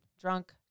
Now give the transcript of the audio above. Drunk